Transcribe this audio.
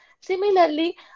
Similarly